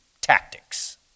Tactics